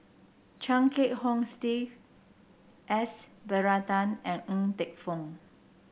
Chia Kiah Hong Steve S Varathan and Ng Teng Fong